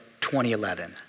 2011